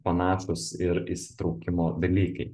panašūs ir įsitraukimo dalykai